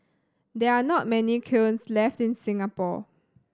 there are not many kilns left in Singapore